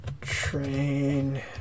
train